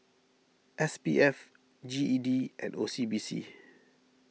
S P F G E D and O C B C